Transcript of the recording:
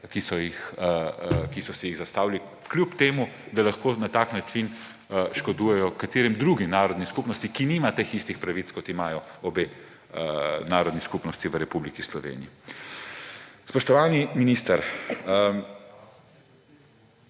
ki so si jih zastavili, čeprav lahko na tak način škodujejo kateri drugi narodni skupnosti, ki nima teh istih pravic, kot jih imata obe narodni skupnosti v Republiki Sloveniji. Spoštovani minister,